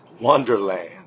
Wonderland